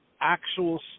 actual